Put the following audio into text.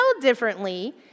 differently